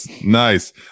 Nice